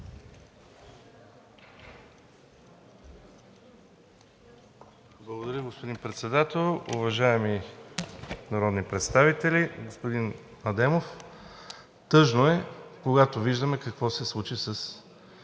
Благодаря, господин Председател. Уважаеми народи представители! Господин Адемов, тъжно е, когато виждаме какво се случи с